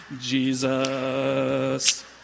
Jesus